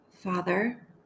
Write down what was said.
Father